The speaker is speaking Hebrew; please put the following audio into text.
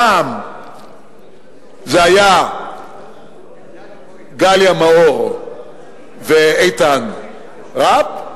פעם זה היה גליה מאור ואיתן רף,